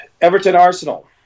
Everton-Arsenal